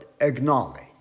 acknowledge